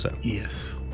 Yes